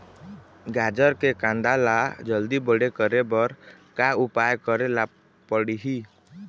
गाजर के कांदा ला जल्दी बड़े करे बर का उपाय करेला पढ़िही?